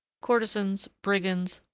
courtesans, brigands,